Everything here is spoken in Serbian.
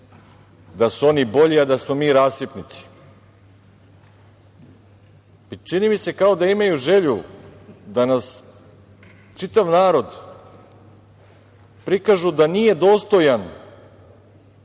da su oni bolji, a da smo mi rasipnici i čini mi se kao da imaju želju da nas čitav narod, prikažu da nije dostajan